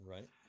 Right